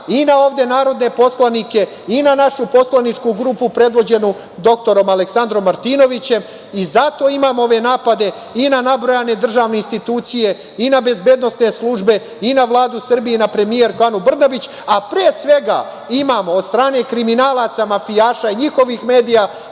i na ovde narodne poslanike i na našu poslaničku grupu predvođenu dr Aleksandrom Martinovićem. Zato imamo ove napade i na nabrojane državne institucije i na bezbednosne službe, i na Vladu Srbije i na premijerku Anu Brnabić, a pre svega imamo, od strane kriminalaca, mafijaša i njihovih medija,